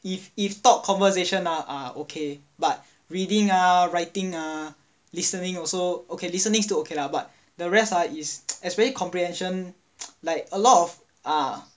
if if talk conversation ah uh okay but reading and writing ah listening also okay listening still okay lah but the rest ah especially comprehension like a lot of ah